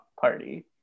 party